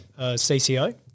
CCO